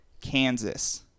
Kansas